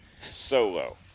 solo